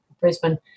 Brisbane